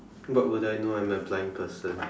what would I know I'm a blind person